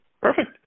perfect